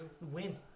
win